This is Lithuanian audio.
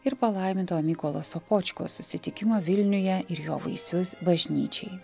ir palaiminto mykolo sopočkos susitikimo vilniuje ir jo vaisius bažnyčiai